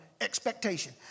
expectation